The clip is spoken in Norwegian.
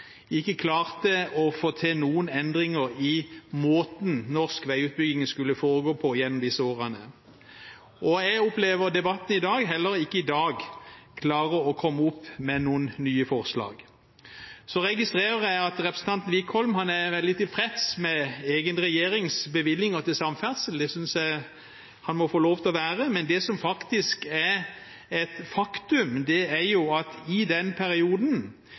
ikke klarte å få til noen endringer i måten norsk veiutbygging skulle foregå på gjennom disse årene. Jeg opplever at man heller ikke i debatten i dag klarer å komme opp med noen nye forslag. Så registrerer jeg at representanten Wickholm er veldig tilfreds med egen regjerings bevilgninger til samferdsel, det synes jeg han må få lov til å være, men det som er et faktum, er at i den perioden